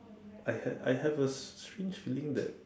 I had I have a s~ strange feeling that